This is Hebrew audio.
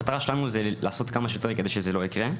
המטרה שלנו זה לעשות כמה שיותר כדי שזה לא ייקרה.